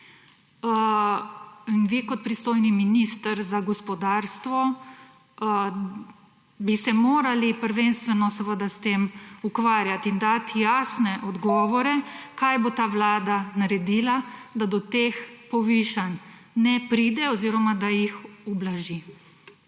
Vi kot pristojni minister za gospodarstvo bi se morali prvenstveno seveda s tem ukvarjati in dati jasne odgovore, kaj bo ta vlada naredila, da do teh povišanj ne pride oziroma, da jih ublaži.